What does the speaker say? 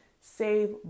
save